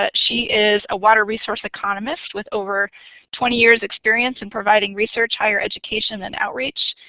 but she is a water resource economist with over twenty years experience in providing research, higher education, and outreach.